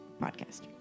podcast